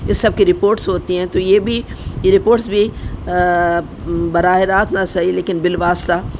اس سب کی رپورٹس ہوتی ہیں تو یہ بھی یہ رپورٹس بھی براہ راست نہ سہی لیکن بالواسطہ